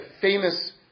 famous